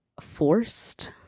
forced